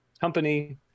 company